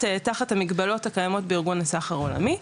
המגבלות הקיימות בארגון הסחר העולמי,